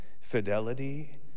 fidelity